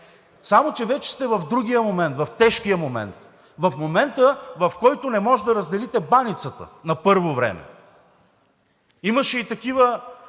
Само че вече сте в другия момент, в тежкия момент – в момента, в който не можете да разделите баницата, на първо време. Имаше и такива